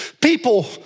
People